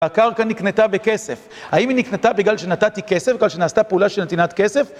הקרקע נקנתה בכסף, האם היא נקנתה בגלל שנתתי כסף, בגלל שנעשתה פעולה של נתינת כסף?